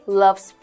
loves